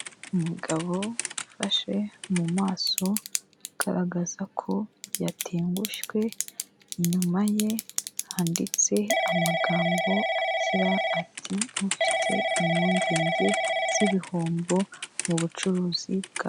Umugabo wifashe mu maso agaragaza ko yatengushywe, inyuma ye handitse amagambo agira ati niba ufite impungenge z'ibihombo mu bucuruzi bwawe.